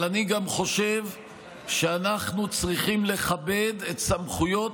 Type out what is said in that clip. אני גם חושב שאנחנו צריכים לכבד את סמכויות